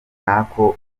n’ako